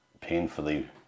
painfully